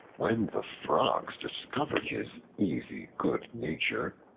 when the frogs discovered his easy good nature,